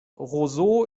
roseau